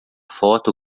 foto